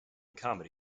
comedy